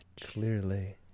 Clearly